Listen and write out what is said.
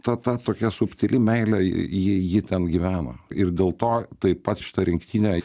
ta ta tokia subtili meilė i ji ji ten gyveno ir dėl to taip pat šita rinktinė